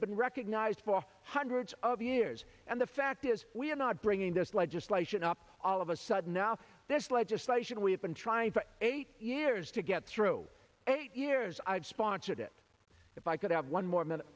been recognized by hundreds of years and the fact is we are not bringing this legislation up all of a sudden now this legislation we have been trying for eight years to get through eight years i've sponsored it if i could have one more minute